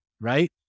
right